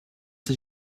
did